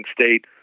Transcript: State